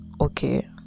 Okay